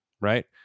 right